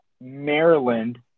Maryland